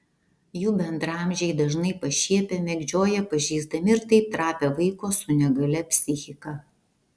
jų bendraamžiai dažnai pašiepia mėgdžioja pažeisdami ir taip trapią vaiko su negalia psichiką